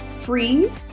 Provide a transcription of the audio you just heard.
free